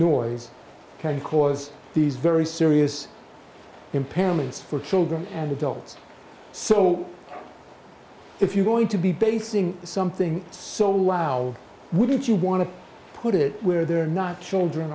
noise can cause these very serious impairments for children and adults so if you're going to be basing something so loud would you want to put it where there are not children